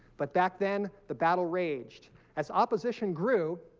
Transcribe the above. but back then the battle raged as opposition grew